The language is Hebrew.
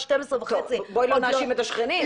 שתים עשרה וחצי --- בואי לא נאשים את השכנים.